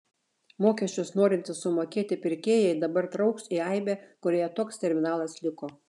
mokesčius norintys sumokėti pirkėjai dabar trauks į aibę kurioje toks terminalas liko